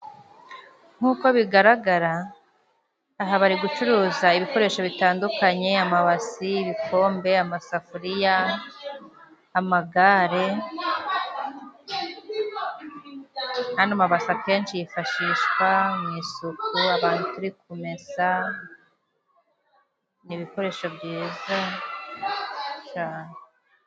Nk'uko bigaragara aha bari gucuruza ibikoresho bitandukanye :amabasi, ibikombe, amasafuriya, amagare, ano mabase akenshi yifashishwa mu isuku abantu turi kumesa, ni ibikoresho byiza cyane.